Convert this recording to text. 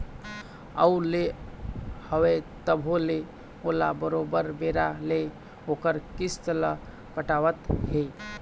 अउ ले हवय तभो ले ओला बरोबर बेरा ले ओखर किस्त ल पटावत हे